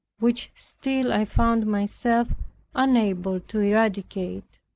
which still i found myself unable to eradicate.